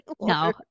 no